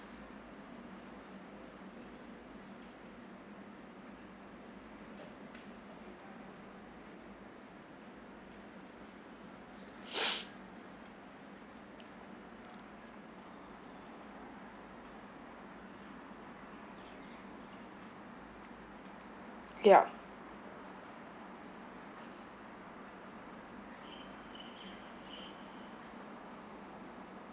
yup